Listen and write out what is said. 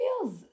feels